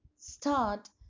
start